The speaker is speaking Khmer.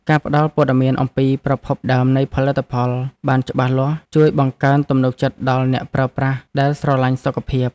ការផ្តល់ព័ត៌មានអំពីប្រភពដើមនៃផលិតផលបានច្បាស់លាស់ជួយបង្កើនទំនុកចិត្តដល់អ្នកប្រើប្រាស់ដែលស្រឡាញ់សុខភាព។